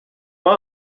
him